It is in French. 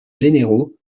généraux